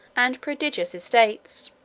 and prodigious estates